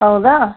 ಹೌದಾ